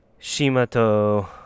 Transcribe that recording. Shimato